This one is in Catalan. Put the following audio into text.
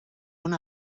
una